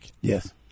Yes